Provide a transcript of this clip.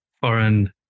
foreign